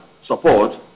support